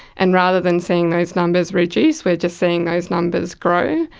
and rather than seeing those numbers reduce we are just seeing those numbers grow,